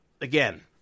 again